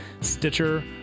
Stitcher